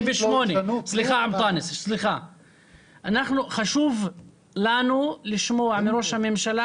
88. --- חשוב לנו לשמוע מראש הממשלה